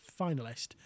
finalist